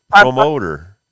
promoter